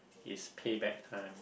it's pay back time